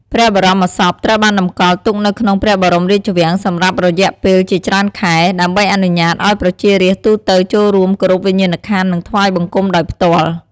ព្រះបរមសពត្រូវបានតម្កល់ទុកនៅក្នុងព្រះបរមរាជវាំងសម្រាប់រយៈពេលជាច្រើនខែ ដើម្បីអនុញ្ញាតឱ្យប្រជារាស្ត្រទូទៅចូលរួមគោរពវិញ្ញាណក្ខន្ធ និងថ្វាយបង្គំដោយផ្ទាល់។